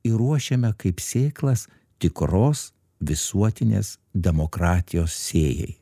ir ruošiame kaip sėklas tikros visuotinės demokratijos sėjai